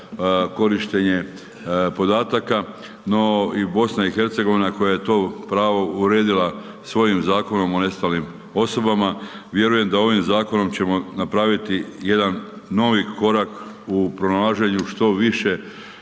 korištenje podataka no i BiH koja je to pravo uredila svojim Zakonom o nestalim osobama, vjerujem da ovim zakonom ćemo napraviti jedan novi korak u pronalaženju što više